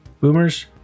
Boomers